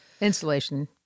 insulation